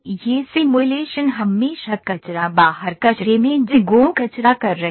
ये सिमुलेशन हमेशा कचरा बाहर कचरे में GIGO कचरा कर रहे हैं